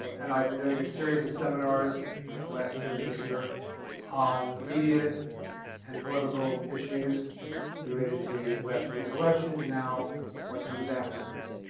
and i've been doing a series of seminars last year and this year on media and political issues related to last year's election, and now what comes afterwards.